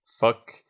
fuck